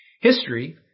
History